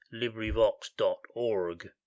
LibriVox.org